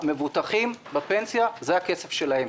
המבוטחים בפנסיה זה הכסף שלהם,